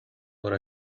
for